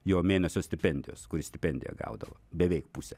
jo mėnesio stipendijos kuris stipendiją gaudavo beveik pusę